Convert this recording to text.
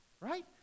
right